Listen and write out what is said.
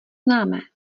známé